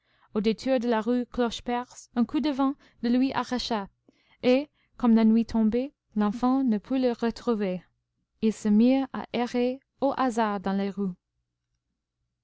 au détour de la rue clocheperce un coup de vent le lui arracha et comme la nuit tombait l'enfant ne put le retrouver ils se mirent à errer au hasard dans les rues